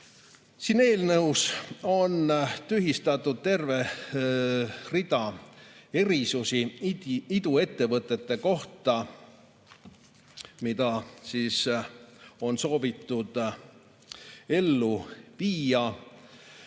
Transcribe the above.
Selles eelnõus on tühistatud terve rida erisusi iduettevõtete puhul, mida on soovitud ellu viia